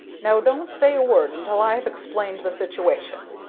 now don't say a word until i have explained the situation.